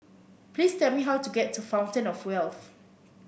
please tell me how to get to Fountain Of Wealth